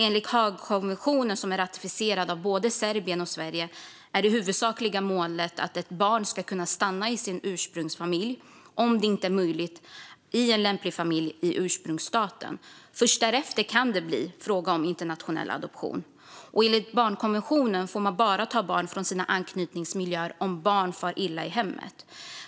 Enligt Haagkonventionen, som är ratificerad av både Serbien och Sverige, är det huvudsakliga målet att ett barn ska kunna stanna i sin ursprungsfamilj och om det inte är möjligt i en lämplig familj i ursprungsstaten. Först därefter kan det bli fråga om internationell adoption. Enligt barnkonventionen får man bara ta ett barn från anknytningsmiljöerna om barnet far illa i hemmet.